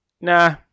Nah